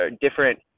different